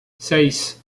seis